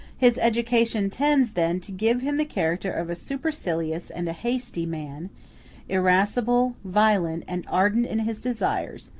his education tends, then, to give him the character of a supercilious and a hasty man irascible, violent, and ardent in his desires,